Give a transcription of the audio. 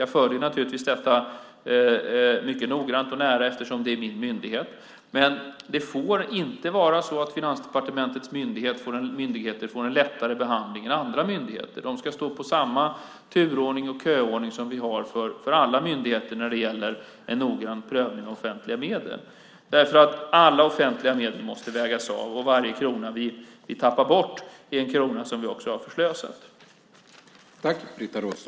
Jag följer detta mycket noggrant och nära eftersom det är min myndighet, men det får inte vara så att Finansdepartementets myndigheter får en lättare behandling än andra myndigheter. De ska gå enligt samma turordning och köordning som vi har för alla myndigheter när det gäller en noggrann prövning av offentliga medel, därför att alla offentliga medel måste vägas av och varje krona vi tappar bort är en krona som vi också har förslösat.